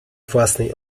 własnej